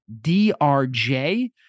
DRJ